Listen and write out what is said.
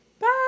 Bye